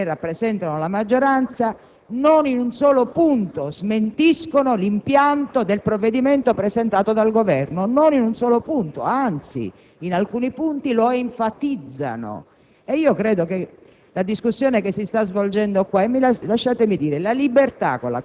ma francamente abbiamo conosciuto un tempo in cui i provvedimenti che venivano dal Governo arrivavano in Parlamento esclusivamente per ricevere un bollo e il Parlamento era ridotto esclusivamente a luogo in cui si esauriva un passaggio, considerato, anche con fastidio, burocratico.